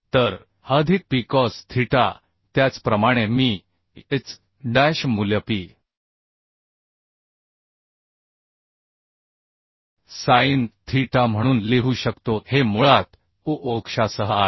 तर hअधिक Pकॉस थीटा त्याचप्रमाणे मी h डॅश मूल्य P साइन थीटा म्हणून लिहू शकतो हे मुळात U Uअक्षासह आहे